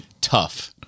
Tough